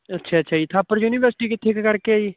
ਅੱਛਾ ਅੱਛਾ ਜੀ ਥਾਪਰ ਯੂਨੀਵਰਸਿਟੀ ਕਿੱਥੇ ਕੁ ਕਰਕੇ ਹੈ ਜੀ